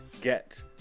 get